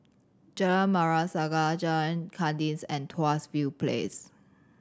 Jalan Merah Saga Jalan Kandis and Tuas View Place